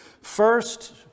First